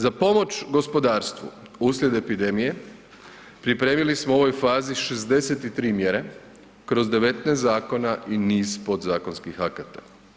Za pomoć gospodarstvu uslijed epidemije pripremili smo u ovoj fazi 63 mjere kroz 19 zakona i niz podzakonskih akata.